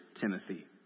Timothy